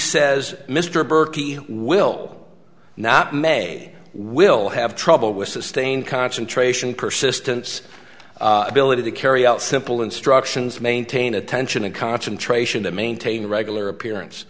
burke will not may will have trouble with sustained concentration persistence ability to carry out simple instructions maintain attention and concentration to maintain a regular appearance